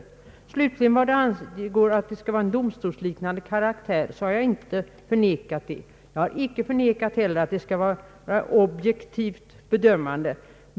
Vad slutligen angår frågan att nämnden skall ha en domstolsliknande karaktär, så har jag inte förnekat det. Jag har inte förnekat att det skall röra sig om ett objektivt bedömande.